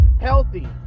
healthy